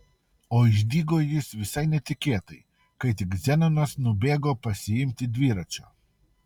o išdygo jis visai netikėtai kai tik zenonas nubėgo pasiimti dviračio